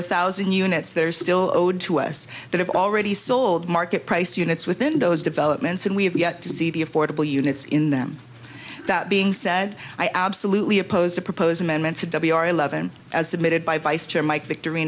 a thousand units there are still owed to us that have already sold market price units within those developments and we have yet to see the affordable units in them that being said i absolutely opposed to propose amendments to w r eleven as submitted by vice chair mike vic